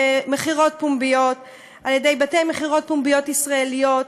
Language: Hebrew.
במכירות פומביות ועל ידי בתי-מכירות פומביות ישראליים.